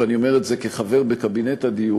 ואני אומר את זה כחבר בקבינט הדיור,